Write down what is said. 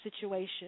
situation